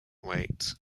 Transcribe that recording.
wait